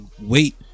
wait